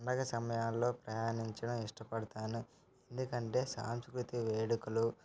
పండుగ సమయల్లో ప్రయాణించడం ఇష్టపడతాను ఎందుకంటే సంస్కృతి వేడుకలు